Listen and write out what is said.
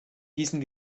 diesen